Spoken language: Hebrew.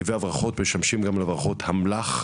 נתיבי הברחות משמשים גם על הברחות אמל"ח,